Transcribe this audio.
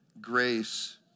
grace